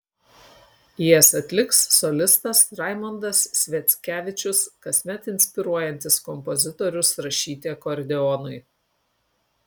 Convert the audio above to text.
jas atliks solistas raimondas sviackevičius kasmet inspiruojantis kompozitorius rašyti akordeonui